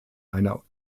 einer